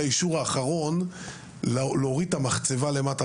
האישור האחרון להוריד את המחצבה למטה.